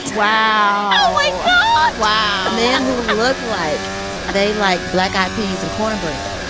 wow. wow man who look like they like black eyed peas and cornbread.